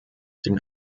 den